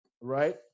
right